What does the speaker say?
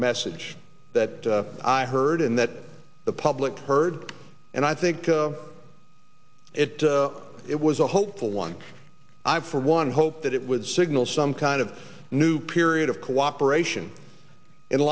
message that i heard and that the public heard and i think it it was a hopeful one i for one hope that it would signal some kind of new period of cooperation in